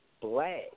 black